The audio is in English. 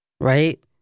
Right